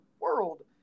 world